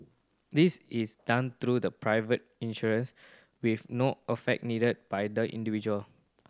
this is done through the private insurers with no affect needed by the individual